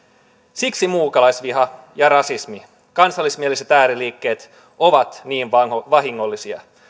siksi muukalaisviha ja rasismi kansallismieliset ääriliikkeet ovat niin vahingollisia